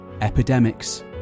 Epidemics